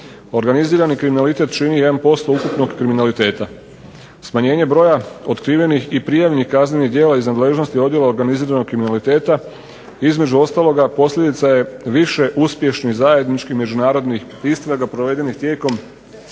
Organizirani kriminalitet čini 1% ukupnog kriminaliteta. Smanjenje broja otkrivenih i prijavljenih kaznenih djela iz nadležnosti Odijela organiziranog kriminaliteta između ostaloga posljedica je više uspješnih zajedničkih međunarodnih istraga provedenih tijekom